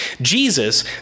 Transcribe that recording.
Jesus